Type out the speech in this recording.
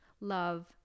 love